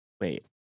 wait